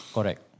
Correct